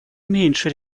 меньше